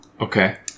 Okay